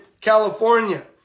California